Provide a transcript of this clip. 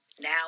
now